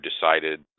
decided